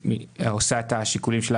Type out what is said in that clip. מה ההוצאות שלכם בגין הקורונה?